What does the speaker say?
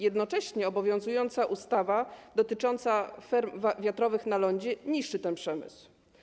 Jednocześnie obowiązująca ustawa dotycząca ferm wiatrowych na lądzie niszczy ten przemysł.